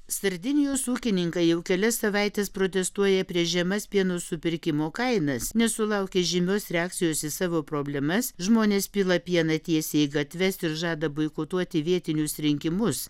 sardinijos ūkininkai jau kelias savaites protestuoja prieš žemas pieno supirkimo kainas nesulaukę žymios reakcijos į savo problemas žmonės pila pieną tiesiai į gatves ir žada boikotuoti vietinius rinkimus